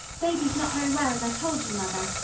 baby's not very well as i told you, mother,